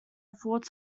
afford